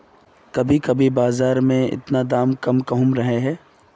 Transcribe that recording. कभी कभी बाजार में इतना दाम कम कहुम रहे है?